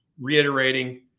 reiterating